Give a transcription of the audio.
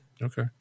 Okay